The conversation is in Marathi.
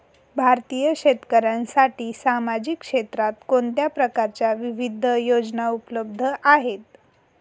भारतीय शेतकऱ्यांसाठी सामाजिक क्षेत्रात कोणत्या प्रकारच्या विविध योजना उपलब्ध आहेत?